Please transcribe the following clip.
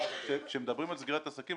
כאשר מדברים על סגירת עסקים,